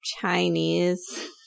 Chinese